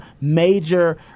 major